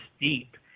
deep